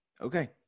Okay